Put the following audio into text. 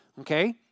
Okay